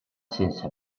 sense